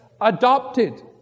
adopted